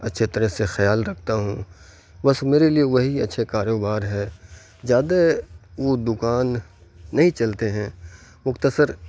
اچھے طرح سے خیال رکھتا ہوں بس میرے لیے وہی اچھے کاروبار ہے زیادہ وہ دوکان نہیں چلتے ہیں مختصر